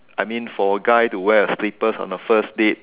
I mean for a guy to wear a slippers on the first date